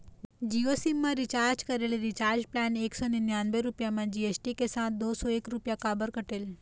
Jio sim मा recharge करे ले रिचार्ज प्लान एक सौ निन्यानबे रुपए मा जी.एस.टी के साथ दो सौ एक रुपया काबर कटेल?